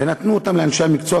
ונתנו אותם לאנשי המקצוע,